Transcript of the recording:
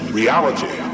reality